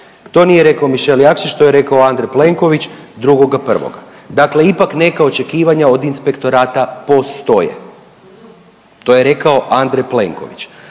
To nije rekao Mišel Jakšić, to je rekao Andrej Plenković 2.1., dakle ipak neka očekivanja od inspektorata postoje. To je rekao Adrej Plenković.